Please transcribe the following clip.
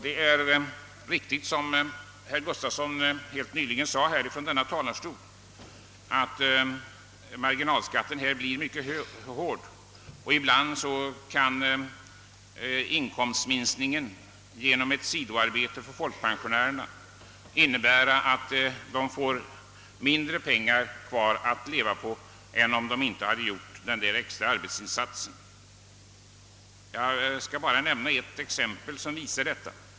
Det är riktigt som herr Gustafson i Göteborg helt nyligen sade från denna talarstol, att skatten här blir mycket hög och hård, och ibland kan inkomstökningen genom ett sidoarbete för folkpensionären innebära att han får mindre pengar kvar att leva på än om han inte hade utfört denna extra arbetsinsats. Jag skall bara nämna ett exempel som visar detta.